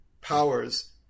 powers